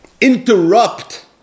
interrupt